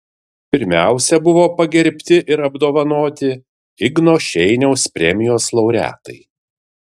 pirmiausia buvo pagerbti ir apdovanoti igno šeiniaus premijos laureatai